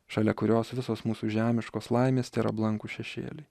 šalia kurios visos mūsų žemiškos laimės tėra blankūs šešėliai